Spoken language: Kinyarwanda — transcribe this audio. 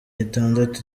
itandatu